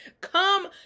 come